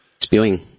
Spewing